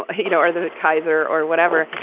ah you know, are the kaiser or whatever,